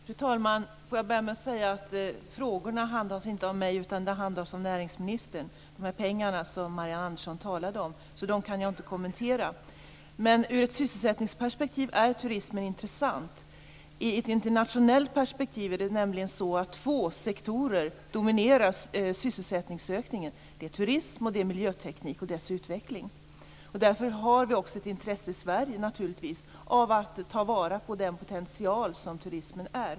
Fru talman! Får jag börja med att säga att frågorna inte handlar om mig, utan om näringsministern, när det gäller de pengar som Marianne Andersson talar om. Jag kan alltså inte kommentera den delen. I ett sysselsättningsperspektiv är turismen intressant. I ett internationellt perspektiv är det nämligen så att två sektorer dominerar sysselsättningsökningen, nämligen turism och miljöteknik och deras utveckling. Därför har vi naturligtvis också ett intresse i Sverige av att ta vara på den potential som turismen är.